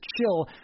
chill